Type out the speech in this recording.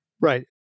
Right